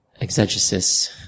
exegesis